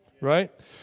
right